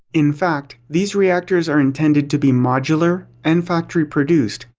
in fact, these reactors are intended to be modular, and factory produced.